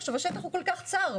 השטח הוא כל כך צר.